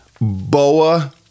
boa